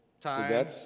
time